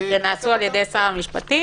והן נעשו על ידי שר המשפטים.